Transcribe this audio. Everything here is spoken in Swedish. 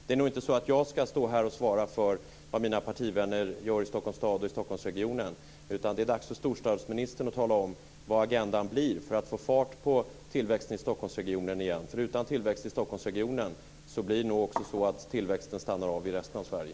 Det är nog inte så att jag ska stå här och svara för vad mina partivänner gör i Stockholms stad och i Stockholmsregionen, utan det är dags för storstadsministern att tala om vad agendan blir för att få fart på tillväxten i Stockholmsregionen igen. Utan tillväxt i Stockholmsregionen stannar nog tillväxten av i resten av Sverige.